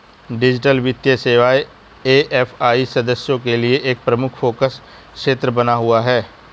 digital वित्तीय सेवाएं AFI सदस्यों के लिए एक प्रमुख फोकस क्षेत्र बना हुआ है